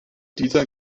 dieser